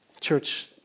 Church